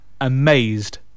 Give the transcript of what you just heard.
amazed